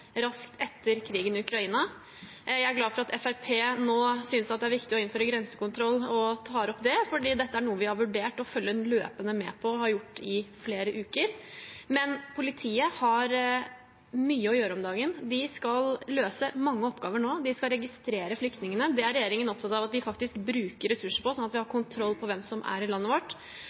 raskt etter utbruddet av krigen i Ukraina. Jeg er glad for at Fremskrittspartiet nå synes at det er viktig å innføre grensekontroll og tar opp det, for dette er noe vi har vurdert og følger løpende med på, og har gjort det i flere uker. Men politiet har mye å gjøre om dagen. De skal løse mange oppgaver nå. De skal registrere flyktningene, og det er regjeringen opptatt av at de faktisk bruker ressurser på, sånn at vi har kontroll på hvem som er i landet vårt.